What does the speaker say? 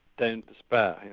don't despair.